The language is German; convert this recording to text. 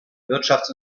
wirtschafts